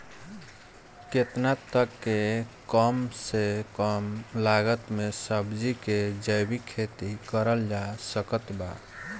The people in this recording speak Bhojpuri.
केतना तक के कम से कम लागत मे सब्जी के जैविक खेती करल जा सकत बा?